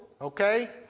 okay